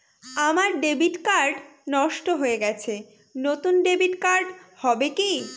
আমার debit card নষ্ট হয়ে গেছে নূতন ডেবিট কার্ড হবে কি?